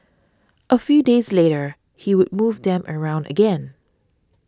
a few days later he would move them around again